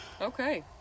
Okay